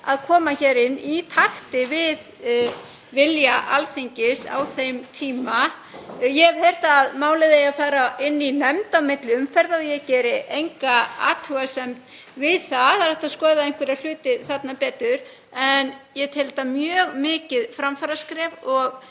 að koma hér inn í takt við vilja Alþingis á þeim tíma. Ég hef heyrt að málið eigi að fara til nefndar á milli umferða og ég geri enga athugasemd við það. Það er hægt að skoða einhverja hluti betur Ég tel þetta mjög mikið framfaraskref og